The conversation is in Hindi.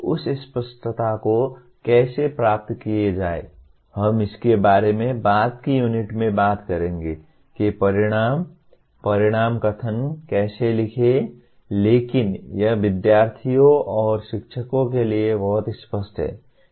उस स्पष्टता को कैसे प्राप्त किया जाए हम इसके बारे में बाद की यूनिट में बात करेंगे कि परिणाम परिणाम कथन कैसे लिखें लेकिन यह विद्यार्थियों और शिक्षकों के लिए बहुत स्पष्ट है